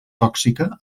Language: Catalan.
tòxica